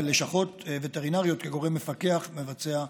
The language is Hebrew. ולשכות וטרינריות כגורם מפקח ומבצע אכיפה.